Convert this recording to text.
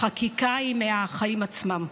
החקיקה היא מהחיים עצמם.